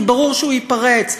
כי ברור שהוא ייפרץ.